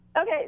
Okay